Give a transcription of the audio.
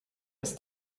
ist